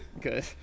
Good